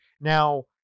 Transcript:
Now